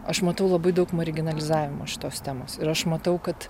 aš matau labai daug marginalizavimo šitos temos ir aš matau kad